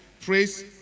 Praise